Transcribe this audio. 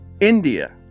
India